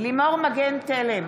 לימור מגן תלם,